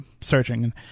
searching